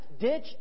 ditch